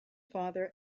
father